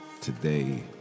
today